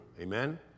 amen